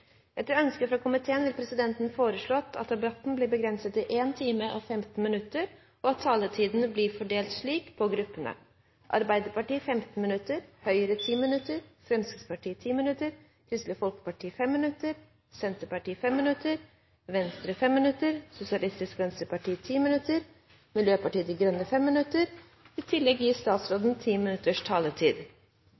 15 minutter, og at taletiden blir fordelt slik på gruppene: Arbeiderpartiet 15 minutter, Høyre 10 minutter, Fremskrittspartiet 10 minutter, Kristelig Folkeparti 5 minutter, Senterpartiet 5 minutter, Venstre 5 minutter, Sosialistisk Venstreparti 10 minutter og Miljøpartiet De Grønne 5 minutter. I tillegg